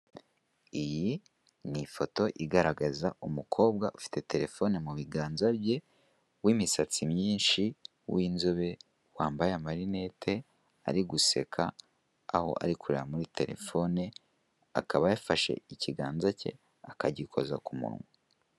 Iyi ni ifoto igaragaza umukobwa ufite telefone mu biganza bye, w'imisatsi myinshi, w'inzobe, wambaye amarinete, ari guseka, aho ari kureba muri telefone, akaba yafashe ikiganza cye akagikoza ku munwa.